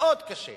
מאוד קשה.